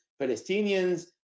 Palestinians